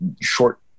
short